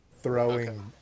throwing